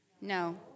No